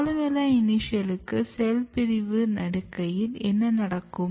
columella இனிஷியலுக்கு செல் பிரிவு நடக்கியில் என்ன நடக்கும்